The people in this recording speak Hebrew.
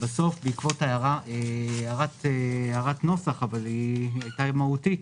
בסוף בעקבות הערת נוסח, אבל ההערה הייתה מהותית,